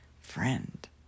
friend